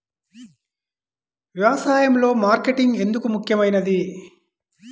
వ్యసాయంలో మార్కెటింగ్ ఎందుకు ముఖ్యమైనది?